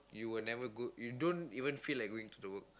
you will never go you don't even feel like going to the work